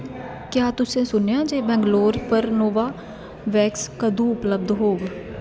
क्या तुसें सुनेआ जे बैंगलोर पर नोवावैक्स कदूं उपलब्ध होग